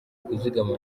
kuzigama